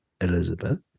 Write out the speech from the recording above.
Elizabeth